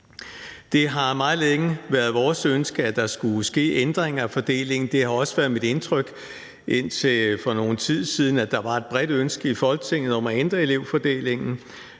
Det har meget længe været vores ønske, at der skulle ske ændringer af fordelingen. Det har også været mit indtryk indtil for nogen tid siden, at der var et bredt ønske i Folketinget om at ændre elevfordelingen.